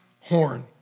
horn